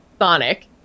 Sonic